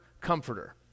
comforter